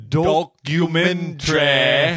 documentary